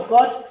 God